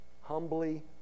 Humbly